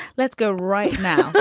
let's go right now.